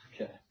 Okay